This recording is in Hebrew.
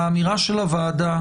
האמירה של הוועדה,